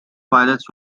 pilots